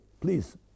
please